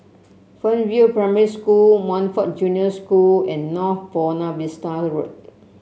Fernvale Primary School Montfort Junior School and North Buona Vista Road